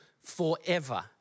Forever